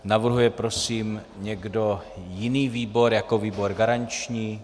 Navrhuje prosím někdo jiný výbor jako výbor garanční?